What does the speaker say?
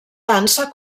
dansa